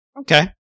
Okay